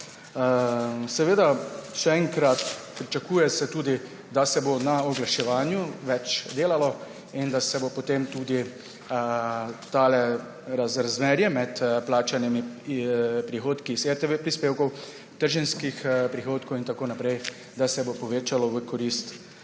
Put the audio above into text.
seveda se pričakuje tudi, da se bo na oglaševanju več delalo in da se bo potem tudi razmerje med plačanimi prihodki iz RTV prispevkov, trženjskih prihodkov in tako naprej, da se bo povečalo v korist